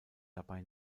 dabei